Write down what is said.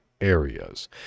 areas